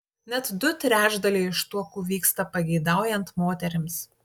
net du trečdaliai ištuokų vyksta pageidaujant moterims